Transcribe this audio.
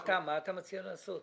מה אתה מציע לעשות?